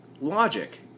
logic